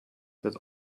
that